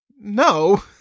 no